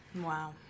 Wow